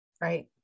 Right